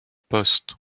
poste